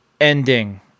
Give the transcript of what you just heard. ending